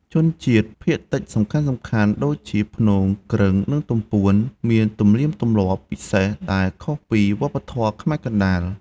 ជនជាតិភាគតិចសំខាន់ៗដូចជា ព្នង គ្រឹង និងទំពួន មាន ទំនៀមទម្លាប់ ពិសេសដែលខុសពីវប្បធម៌ខ្មែរកណ្តាល។